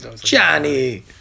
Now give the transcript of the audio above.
Johnny